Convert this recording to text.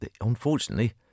unfortunately